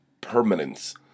permanence